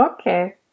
Okay